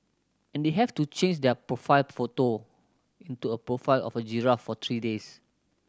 and they have to change their profile photo into a profile of a giraffe for three days